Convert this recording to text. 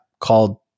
called